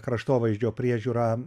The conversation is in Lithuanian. kraštovaizdžio priežiūrą